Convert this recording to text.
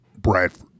Bradford